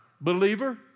believer